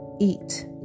Eat